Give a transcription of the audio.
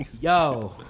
Yo